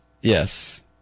Yes